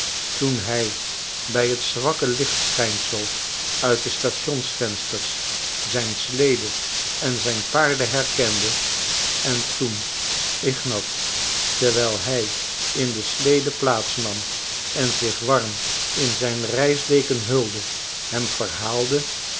toen hij bij het zwakke lichtschijnsel uit de stationsvensters zijn slede en zijn paarden herkende en toen ignat terwijl hij in de slede plaats nam en zich warm in zijn reisdeken hulde hem verhaalde